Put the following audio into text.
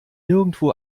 nirgendwo